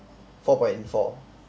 four point four